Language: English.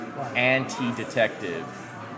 Anti-detective